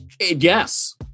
Yes